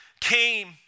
came